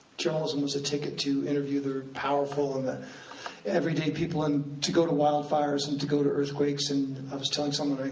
journalism was a ticket to interview the powerful and the everyday people, and to go to wildfires and to go to earthquakes. and i was telling someone,